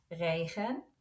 regen